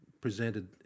presented